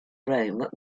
rome